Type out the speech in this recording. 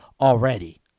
already